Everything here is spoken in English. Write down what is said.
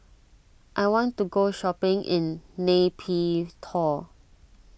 I want to go shopping in Nay Pyi Taw